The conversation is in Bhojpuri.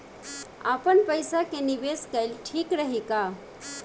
आपनपईसा के निवेस कईल ठीक रही का?